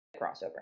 crossover